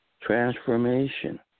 transformation